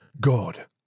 God